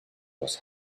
was